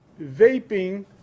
Vaping